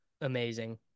Amazing